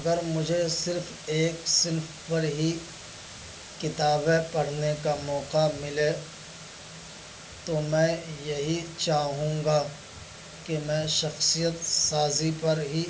اگر مجھے صرف ایک صنف پر ہی کتابیں پڑھنے کا موقع ملے تو میں یہی چاہوں گا کہ میں شخصیت سازی پر ہی